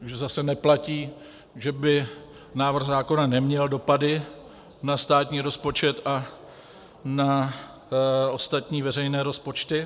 Takže zase neplatí, že by návrh zákona neměl dopady na státní rozpočet a na ostatní veřejné rozpočty.